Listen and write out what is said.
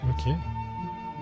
Okay